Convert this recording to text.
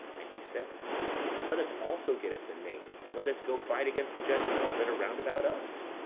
and he said let us also get us a name, and let us go fight against the gentiles that are round about us.